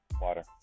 water